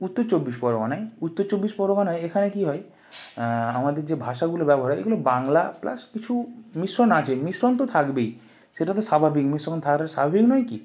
উত্তর চব্বিশ পরগনায় উত্তর চব্বিশ পরগনায় এখানে কি হয় আমাদের যে ভাষাগুলোর ব্যবহার হয় এগুলো বাংলা প্লাস কিছু মিশ্রণ আছে মিশ্রণ তো থাকবেই সেটা তো স্বাভাবিক মিশ্রণ থাকাটা স্বাভাবিক নয় কি